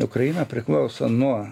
ukraina priklauso nuo